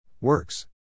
Works